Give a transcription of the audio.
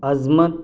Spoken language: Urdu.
عظمت